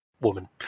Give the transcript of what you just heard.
woman